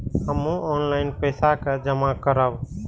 हमू ऑनलाईनपेसा के जमा करब?